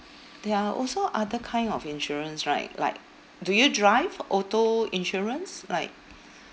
there are also other kind of insurance right like do you drive auto insurance like